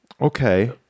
Okay